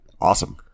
Awesome